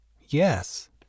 Yes